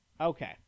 Okay